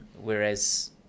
whereas